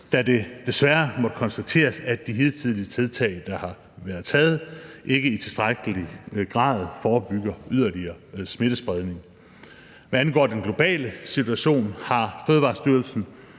da det desværre må konstateres, at de hidtidige tiltag, der har været taget, ikke i tilstrækkelig grad forebygger yderligere smittespredning. Kl. 15:50 Hvad angår den globale situation, har Fødevarestyrelsen